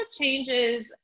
changes